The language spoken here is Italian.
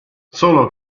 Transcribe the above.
solo